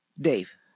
Dave